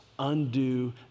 undo